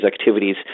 activities